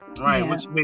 Right